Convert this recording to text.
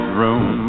room